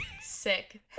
sick